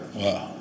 Wow